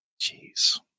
Jeez